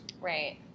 Right